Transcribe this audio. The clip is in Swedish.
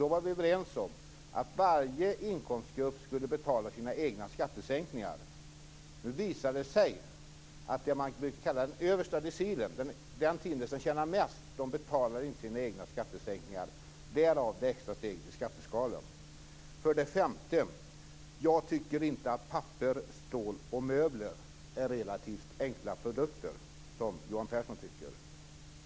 Då var vi överens om att varje inkomstgrupp skulle betala sina egna skattesänkningar. Nu visar det sig att det man brukar kalla den översta decilen, den tiondel som tjänar mest, inte betalar sina egna skattesänkningar. Därav det extra steget i skatteskalan. För det fjärde: Jag tycker inte att papper, stål och möbler är relativt enkla produkter som Johan Pehrson tycker.